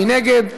מי נגד?